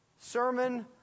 sermon